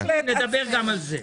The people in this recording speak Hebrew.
נדבר גם על זה.